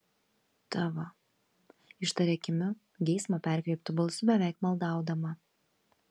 tavo ištaria kimiu geismo perkreiptu balsu beveik maldaudama